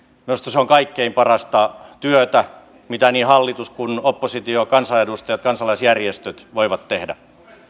minusta se on kaikkein parasta työtä mitä niin hallitus kuin oppositio kansanedustajat ja kansalaisjärjestöt voivat tehdä